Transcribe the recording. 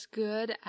good